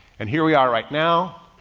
and here we are right now,